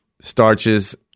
starches